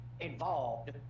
involved